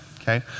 okay